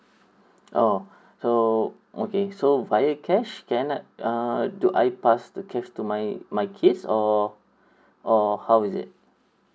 oh so okay so via cash can uh err do I pass to give to my my kids or or how is it